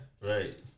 Right